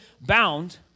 bound